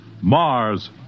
Mars